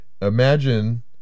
Imagine